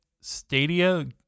Stadia